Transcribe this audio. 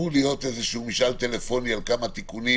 אמור להיות משאל טלפוני על כמה תיקונים